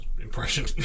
impression